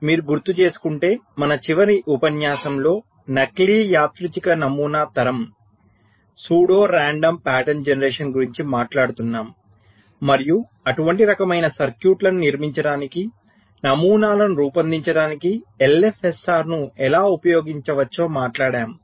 మీరు గుర్తు చేసుకుంటే మన చివరి ఉపన్యాసంలో నకిలీ యాదృచ్ఛిక నమూనా తరం గురించి మాట్లాడుతున్నాము మరియు అటువంటి రకమైన సర్క్యూట్లను నిర్మించడానికి నమూనాలను రూపొందించడానికి LFSR ను ఎలా ఉపయోగించవచ్చో మాట్లాడాము